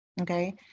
Okay